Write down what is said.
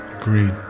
Agreed